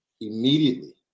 immediately